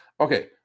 Okay